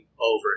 over